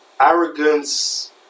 Arrogance